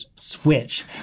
switch